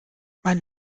mein